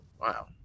wow